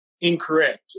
incorrect